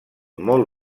molt